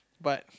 but